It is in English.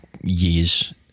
years